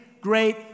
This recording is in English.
great